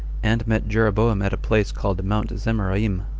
and met jeroboam at a place called mount zemaraim,